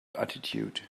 attitude